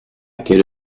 quelle